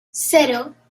cero